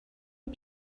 pdf